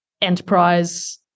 enterprise